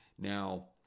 Now